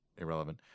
irrelevant